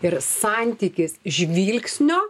ir santykis žvilgsnio